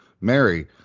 Mary